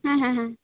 ᱦᱮᱸ ᱦᱮᱸ